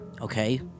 Okay